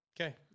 Okay